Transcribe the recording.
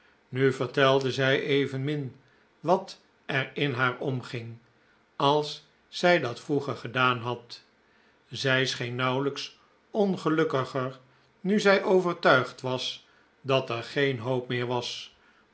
nu vertelde zij evenmin wat er in haar omging als zij dat vroeger gedaan had zij scheen nauwelijks ongelukkiger nu zij overtuigd was dat er geen hoop meer was